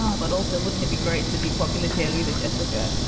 um but also, wouldn't it be great to be popular cheerleader? jessica,